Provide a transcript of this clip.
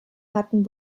hatten